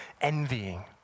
envying